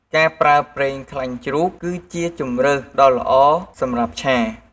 ការប្រើប្រេងខ្លាញ់ជ្រូក គឺជាជម្រើសដ៏ល្អសម្រាប់ឆា។